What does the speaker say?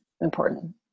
important